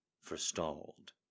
forestalled